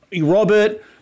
Robert